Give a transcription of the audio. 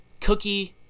Cookie